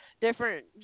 different